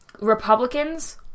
Republicans